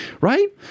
right